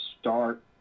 start